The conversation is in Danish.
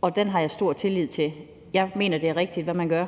og den har jeg stor tillid til. Jeg mener, at det er rigtigt, hvad man gør.